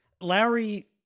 Lowry